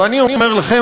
ואני אומר לכם,